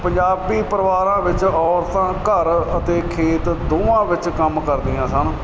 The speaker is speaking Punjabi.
ਪੰਜਾਬੀ ਪਰਿਵਾਰਾਂ ਵਿੱਚ ਔਰਤਾਂ ਘਰ ਅਤੇ ਖੇਤ ਦੋਵਾਂ ਵਿੱਚ ਕੰਮ ਕਰਦੀਆਂ ਸਨ